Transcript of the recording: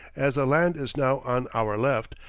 as the land is now on our left,